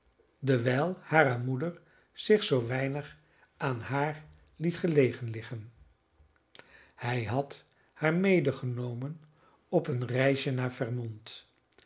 dewijl hare moeder zich zoo weinig aan haar liet gelegen liggen hij had haar medegenomen op een reisje naar vermont